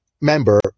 member